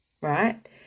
right